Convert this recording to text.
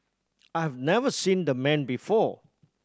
I have never seen the man before